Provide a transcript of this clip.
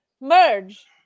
merge